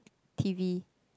T V